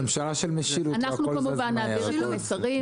כמובן, נעביר מסרים.